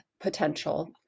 potential